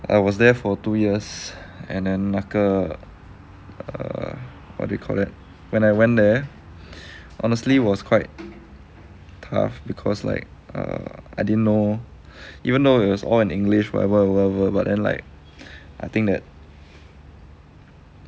I was there for two years and then 那个 err what do you call that when I went there honestly was quite tough because like err I didn't know even though it was all in english whatever whatever but then like I think that